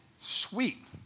sweet